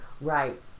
Right